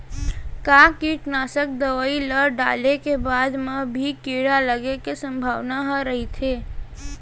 का कीटनाशक दवई ल डाले के बाद म भी कीड़ा लगे के संभावना ह रइथे?